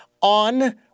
on